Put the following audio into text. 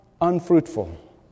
unfruitful